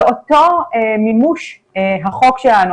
אותו מימוש החוק שלנו,